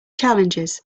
challenges